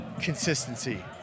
Consistency